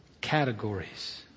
categories